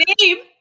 name